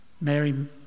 Mary